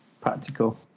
practical